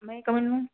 may I come in ma'am